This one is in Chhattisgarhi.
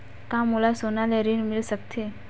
का मोला सोना ले ऋण मिल सकथे?